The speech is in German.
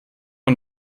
man